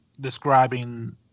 describing